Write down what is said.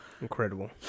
Incredible